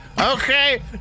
Okay